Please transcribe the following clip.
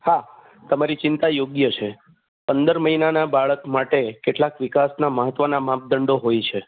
હા તમારી ચિંતા યોગ્ય છે પંદર મહિનાના બાળક માટે કેટલાક વિકાસના મહત્વના માપદંડો હોય છે